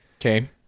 Okay